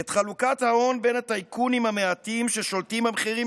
את חלוקת ההון בין הטייקונים המעטים ששולטים במחירים,